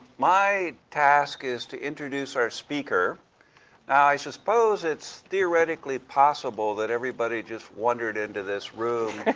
my task is to introduce our speaker. now i suppose it's theoretically possible that everybody just wandered into this room